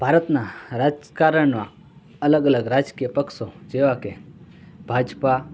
ભારતના રાજકારણમાં અલગ અલગ રાજકીય પક્ષો જેવા કે ભાજપા